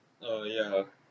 oh ya